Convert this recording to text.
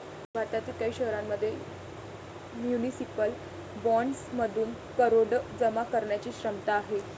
भारतातील काही शहरांमध्ये म्युनिसिपल बॉण्ड्समधून करोडो जमा करण्याची क्षमता आहे